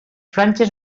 franges